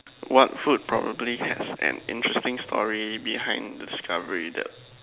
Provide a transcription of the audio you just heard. what food probably has an interesting story behind the discovery that